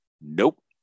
Nope